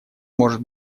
может